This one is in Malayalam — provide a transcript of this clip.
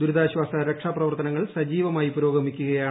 ദുരിതാശ്വാസ രക്ഷാപ്രവർത്തനങ്ങൾ സജീവമായി പുരോഗമിക്കുകയാണ്